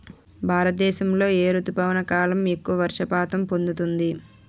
భారతదేశంలో ఏ రుతుపవన కాలం ఎక్కువ వర్షపాతం పొందుతుంది?